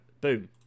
Boom